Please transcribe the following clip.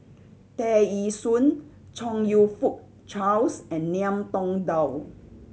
Tear Ee Soon Chong You Fook Charles and Ngiam Tong Dow